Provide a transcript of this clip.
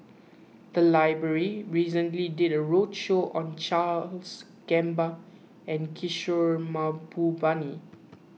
the library recently did a roadshow on Charles Gamba and Kishore Mahbubani